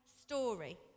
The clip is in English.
story